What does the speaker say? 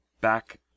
back